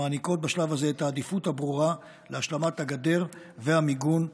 שמעניקות בשלב הזה את העדיפות הברורה להשלמת הגדר והמיגון בצפון.